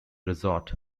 resort